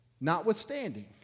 notwithstanding